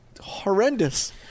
horrendous